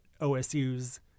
OSU's